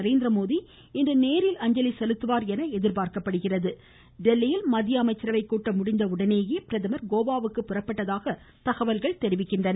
நரேந்திரமோடி இன்று நேரில் அஞ்சலி செலுத்துவார் என்று எதிர்பார்க்கப்படுகிறது தில்லியில் மத்திய அசைமச்ரவை கூட்டம் முடிந்தவுடனேயே பிரதமர் கோவாவுக்கு புறப்பட்டதாக தகவல்கள் தெரிவிக்கின்றன